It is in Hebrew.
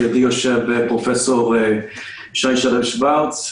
לידי יושב פרופ' שי שלו שוורץ.